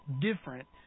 different